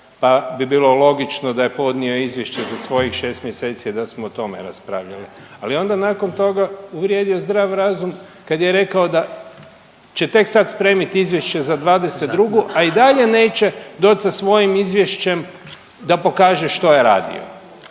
pa bi bilo logično da je podnio izvješće za svojih 6 mjeseci da smo o tome raspravljali. Ali onda nakon toga uvrijedio zdrav razum kad je rekao da će tek sad spremit izvješće za '22. drugu, a i dalje neće doći sa svojim izvješćem da pokaže što je radio.